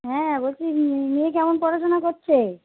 হ্যাঁ বলছি মেয়ে কেমন পড়াশোনা করছে